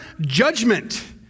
judgment